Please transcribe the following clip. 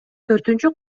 төртүнчү